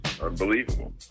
Unbelievable